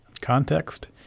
context